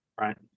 Right